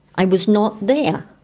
i was not there,